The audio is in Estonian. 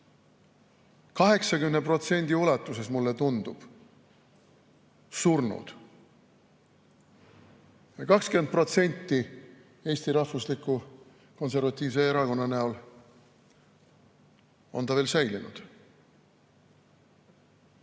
80% ulatuses, mulle tundub, surnud. 20% ulatuses Eesti rahvusliku konservatiivse erakonna näol on ta veel säilinud. On